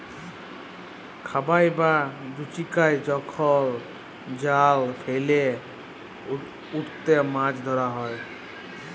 খাবাই বা জুচিকাই যখল জাল ফেইলে উটতে মাছ ধরা হ্যয়